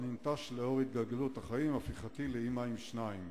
אך ננטש לאור התגלגלות החיים והפיכתי לאמא לשניים.